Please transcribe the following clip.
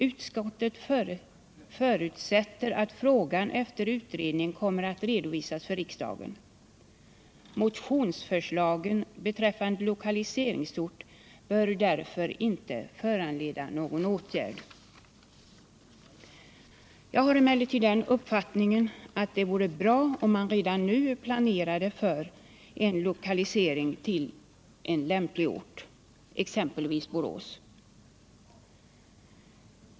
Utskottet förutsätter att frågan efter utredning kommer att redovisas för riksdagen. Motionsförslagen beträffande lokaliseringsort bör därför inte föranleda någon åtgärd.” Jag har emellertid den uppfattningen att det vore bra om man redan nu planerade för lokalisering till en lämplig ort, exempelvis Borås.